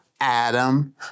Adam